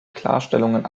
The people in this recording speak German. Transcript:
klarstellungen